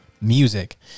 music